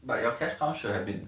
but your cash cow should have been